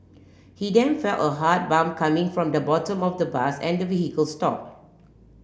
he then felt a hard bump coming from the bottom of the bus and the vehicle stop